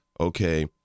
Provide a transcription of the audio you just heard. okay